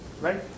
Right